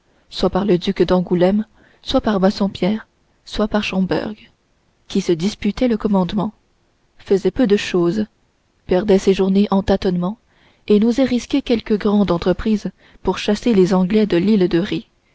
soit par le duc d'angoulême soit par bassompierre ou par schomberg qui se disputaient le commandement faisait peu de choses perdait ses journées en tâtonnements et n'osait risquer quelque grande entreprise pour chasser les anglais de l'île de ré